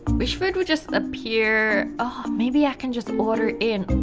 wish food would just appear oh maybe i can just order in.